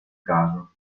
caso